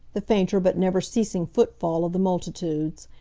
the fainter but never ceasing foot-fall of the multitudes.